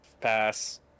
Pass